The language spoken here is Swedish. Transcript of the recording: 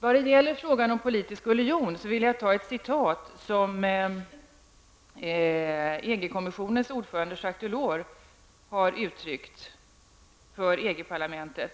När det gäller frågan om politisk union vill jag framhålla vad EG-kommissionens ordförande Jacques Delors har sagt för EG-parlamentet.